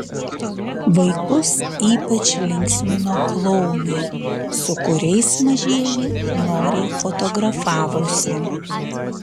vaikus ypač linksmino klounai su kuriais mažieji noriai fotografavosi